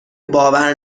باور